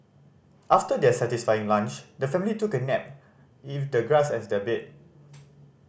after their satisfying lunch the family took a nap if the grass as their bed